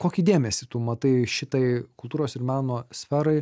kokį dėmesį tu matai šitai kultūros ir meno sferai